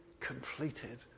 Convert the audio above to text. completed